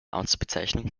amtsbezeichnung